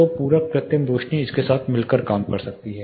तो पूरक कृत्रिम रोशनी इसके साथ मिलकर काम कर सकती है